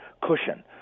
cushion